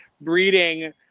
breeding